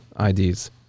IDs